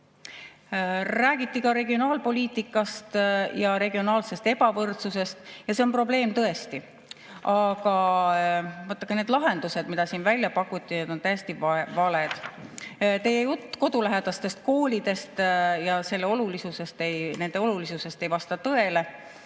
Räägiti ka regionaalpoliitikast ja regionaalsest ebavõrdsusest. See on tõesti probleem. Aga vaadake, need lahendused, mida siin välja pakuti, on täiesti valed. Teie jutt kodulähedastest koolidest ja nende olulisusest ei vasta tõele.